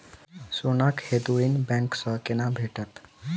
सोनाक हेतु ऋण बैंक सँ केना भेटत?